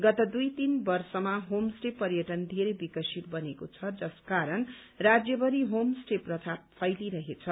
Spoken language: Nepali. गत दुइ तीन वर्ष होम स्टे पर्यटन बेरै विकसित बनेको छ जस कारण राज्यभरि होम स्टे प्रथा फैलिरहेछ